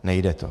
Nejde to.